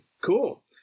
Cool